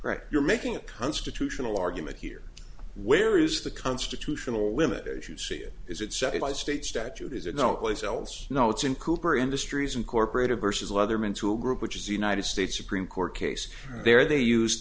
right you're making a constitutional argument here where is the constitutional limited use it is it said by state statute is it no place else no it's in cooper industries incorporated versus leatherman tool group which is the united states supreme court case there they used